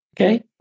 Okay